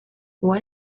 what